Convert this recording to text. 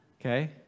Okay